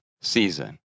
season